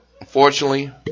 unfortunately